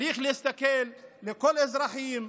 צריך להסתכל על כל האזרחים,